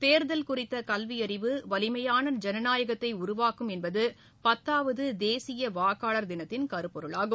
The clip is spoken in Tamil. தேர்தல் குறித்த கல்வியறிவு வலிமையான ஜனநாயகத்தை உருவாக்கும் என்பது பத்தாவது தேசிய வாக்காளர் தினத்தின் கருப்பொருளாகும்